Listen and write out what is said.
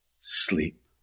sleep